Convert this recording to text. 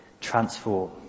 transform